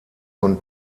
von